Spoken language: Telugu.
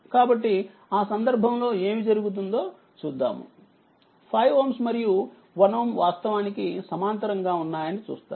కాబట్టి ఆ సందర్భంలో ఏమి జరుగుతుందోచూద్దాము 5Ω మరియు 1Ω వాస్తవానికి సమాంతరంగా ఉన్నాయని చూస్తారు